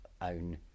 own